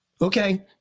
Okay